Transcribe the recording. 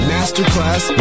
Masterclass